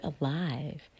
alive